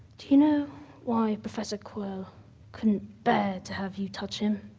do you know why professor quirrell couldn't bare to have you touch him?